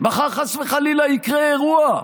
מחר, חס וחלילה, יקרה אירוע,